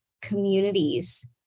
communities